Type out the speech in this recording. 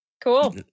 Cool